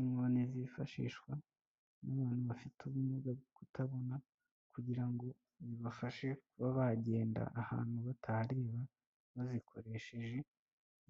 Inkoni zifashishwa n'abantu bafite ubumuga bwo kutabona kugira ngo bibafashe kuba bagenda ahantu batahareba bazikoresheje